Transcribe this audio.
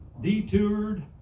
detoured